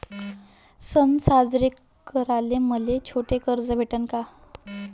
सन साजरे कराले मले छोट कर्ज भेटन का?